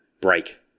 break